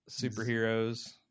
superheroes